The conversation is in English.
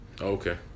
Okay